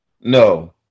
No